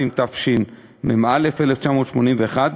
התשמ"א 1981,